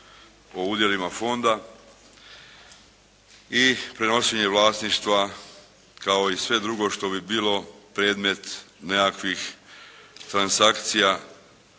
o udjelima fonda i prenošenja vlasništva kao i sve drugo što bi bilo predmet nekakvih transakcija